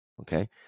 Okay